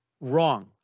Wrong